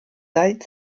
seit